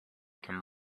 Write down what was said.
can